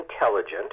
intelligent